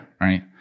right